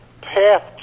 path